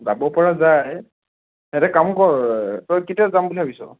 যাব পৰা যায় এটা কাম কৰ তই কেতিয়া যাম বুলি ভাবিছ